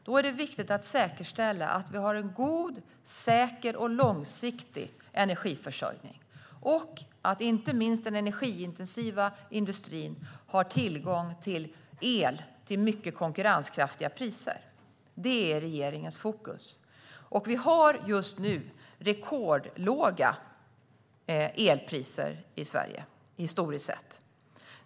Då är det viktigt att säkerställa att vi har en god, säker och långsiktig energiförsörjning och att inte minst den energiintensiva industrin har tillgång till el till mycket konkurrenskraftiga priser. Det är regeringens fokus. Vi har just nu rekordlåga elpriser i Sverige historiskt sett.